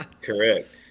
Correct